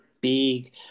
big